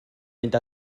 mynd